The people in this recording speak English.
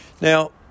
Now